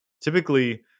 typically